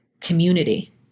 community